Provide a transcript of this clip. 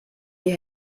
die